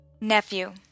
nephew